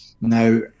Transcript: Now